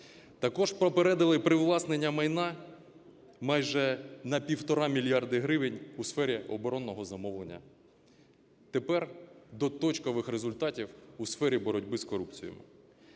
Також попередили привласнення майна майже на півтора мільярди гривень у сфері оборонного замовлення. Тепер до точкових результатів у сфері боротьби з корупцією.